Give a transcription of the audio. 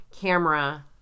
camera